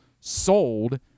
sold